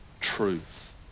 truth